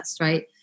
right